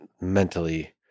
mentally